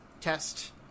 test